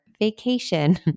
Vacation